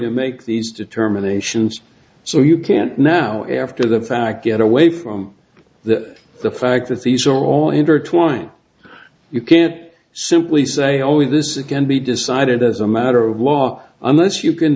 to make these determinations so you can't now after the fact get away from that the fact that these are all intertwined you can't simply say only this again be decided as a matter of law unless you can